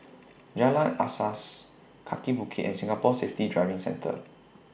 Jalan Asas Kaki Bukit and Singapore Safety Driving Centre